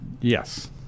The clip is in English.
Yes